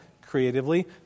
creatively